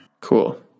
Cool